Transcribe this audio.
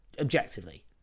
objectively